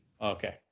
Okay